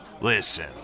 Listen